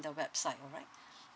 the website alright